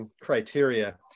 criteria